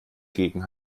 gegen